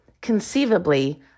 conceivably